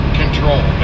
control